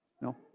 No